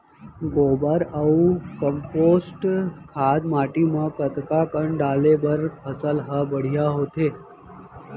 गोबर अऊ कम्पोस्ट खाद माटी म कतका कन डाले बर फसल ह बढ़िया होथे?